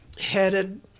headed